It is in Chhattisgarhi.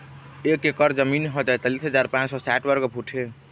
एक एकर जमीन ह तैंतालिस हजार पांच सौ साठ वर्ग फुट हे